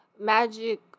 magic